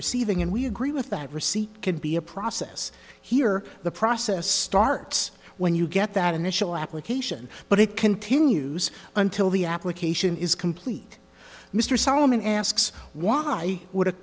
receiving and we agree with that receipt could be a process here the process starts when you get that initial application but it continues until the application is complete mr solomon asks why would a